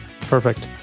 Perfect